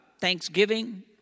Thanksgiving